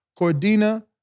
Cordina